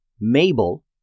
Mabel